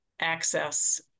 access